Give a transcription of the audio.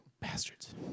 Bastards